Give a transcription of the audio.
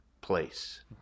place